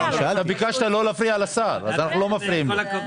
- ביקשת לא להפריע לשר אז לא מפריעים.